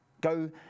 Go